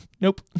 Nope